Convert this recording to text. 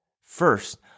first